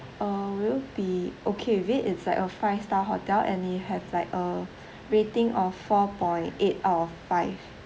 uh will you be okay with it it's like a five star hotel and it have like uh rating of four point eight out of five